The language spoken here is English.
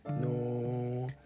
No